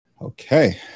Okay